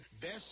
Best